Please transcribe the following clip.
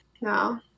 no